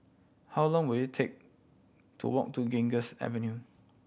how long will it take to walk to Ganges Avenue